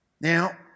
Now